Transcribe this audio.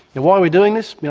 and why are we doing this?